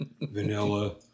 Vanilla